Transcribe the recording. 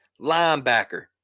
Linebacker